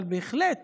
אבל בהחלט